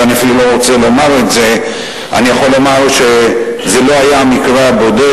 ואני אפילו לא רוצה לומר את זה אני יכול לומר שזה לא היה מקרה בודד.